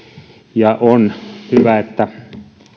ja on hyvä että